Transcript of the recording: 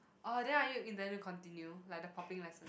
orh then are you intending to continue like the popping lesson